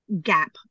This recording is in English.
gap